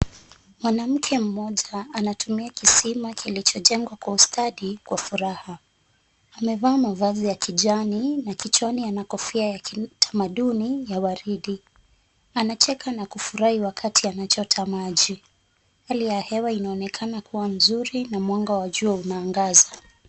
Mwanamke mmoja anatumia kisima kilichojengwa kwa ustadi kwa furaha. Amevaa mavazi ya kijani na kichwani ana kofia ya kitamaduni ya waridi. Anacheka na kufurahi wakati anachota maji. Hali ya hewa inaonekana kuwa nzuri na mwanga wa jua unaangaza.